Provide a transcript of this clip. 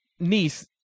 niece